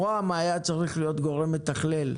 ראש הממשלה היה צריך להיות גורם מתכלל,